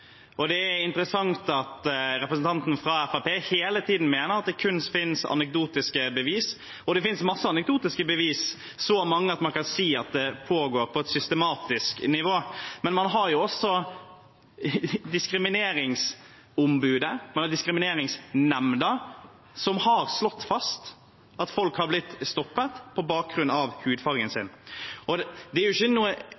Det er interessant at representanten fra Fremskrittspartiet hele tiden mener at det kun finnes anekdotiske bevis. Det finnes masse anekdotiske bevis, så mange at man kan si at det pågår på et systematisk nivå. Men man har jo også Diskrimineringsombudet og Diskrimineringsnemda, som har slått fast at folk har blitt stoppet på bakgrunn av